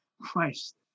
Christ